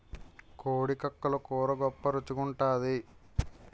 కోడి కక్కలు కూర గొప్ప రుచి గుంటాది